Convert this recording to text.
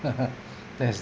that's